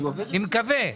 אני מקווה.